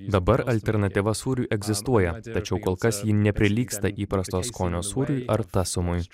dabar alternatyva sūriui egzistuoja tačiau kol kas ji neprilygsta įprasto skonio sūriui ar tasumui